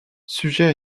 sujet